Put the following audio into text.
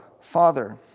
Father